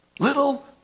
Little